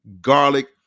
garlic